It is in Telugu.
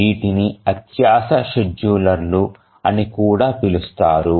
వీటిని అత్యాశ షెడ్యూలర్లు అని కూడా అంటారు